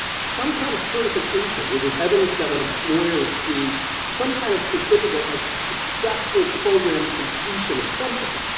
some kind of certification, there's evidence that when employers see some kind of certificate of successful program completion of something,